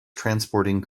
transporting